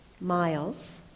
miles